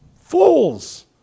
fools